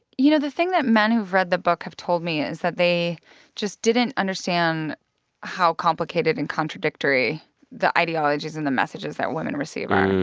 you know, the thing that men who've read the book have told me is that they just didn't understand how complicated and contradictory the ideologies and the messages that women receive are.